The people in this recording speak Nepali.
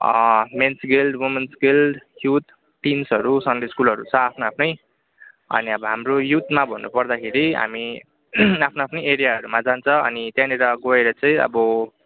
men's guild women's guild youth टिन्सहरू सन्डे स्कुलहरू छ आफ्नो आफ्नै अनि अब हाम्रो युथमा भन्नु पर्दाखेरि हामी आफ्नो आफ्नो एरियाहरूमा जान्छ अनि त्यहाँनेरि गएर चाहिँ अब